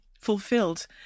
fulfilled